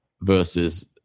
versus